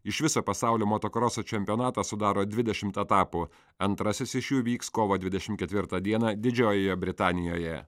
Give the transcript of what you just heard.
iš viso pasaulio motokroso čempionatą sudaro dvidešimt etapų antrasis iš jų vyks kovo dvidešimt ketvirtą dieną didžiojoje britanijoje